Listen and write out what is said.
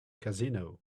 casino